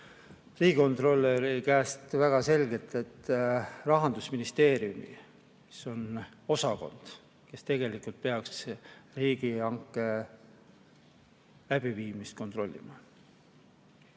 riigikontrolöri käest väga selgelt, et Rahandusministeeriumis on osakond, kes tegelikult peaks riigihanke läbiviimist kontrollima.